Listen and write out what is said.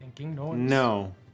No